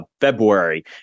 February